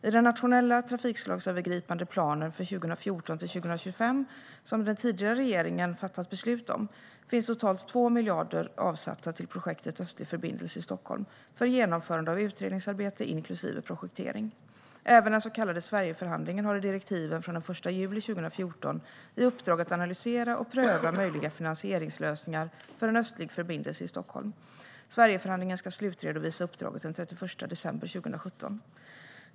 I den nationella trafikslagsövergripande planen för perioden 2014-2025, som den tidigare regeringen fattat beslut om, finns totalt 2 miljarder kronor avsatta till projektet om en östlig förbindelse i Stockholm för genomförande av utredningsarbete inklusive projektering. Även den så kallade Sverigeförhandlingen har i direktiven från den 1 juli 2014 i uppdrag att analysera och pröva möjliga finansieringslösningar för en östlig förbindelse i Stockholm. Sverigeförhandlingen ska slutredovisa uppdraget den 31 december 2017.